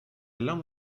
long